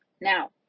Now